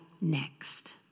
next